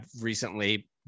recently